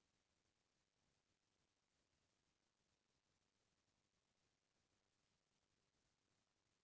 Agriculture किसान app मा मोला मौसम के सटीक जानकारी मिलिस सकत हे का?